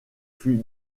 fut